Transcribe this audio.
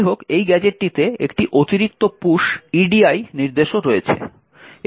যাইহোক এই গ্যাজেটটিতে একটি অতিরিক্ত পুশ edi নির্দেশও রয়েছে